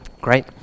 Great